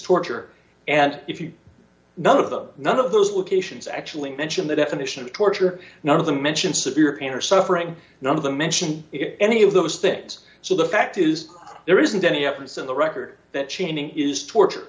torture and if you know of them none of those locations actually mention the definition of torture none of them mention severe pain or suffering none of them mention any of those things so the fact is there isn't any evidence in the record that cheney is torture